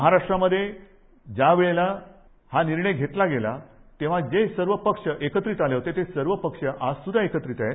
महाराष्ट्रामधे ज्या वेळेला हा निर्णय घेतला गेला तेव्हा जे सर्व पक्ष एकत्रित आले होते ते सर्व पक्ष आजस्रध्दा एकत्रित आहेत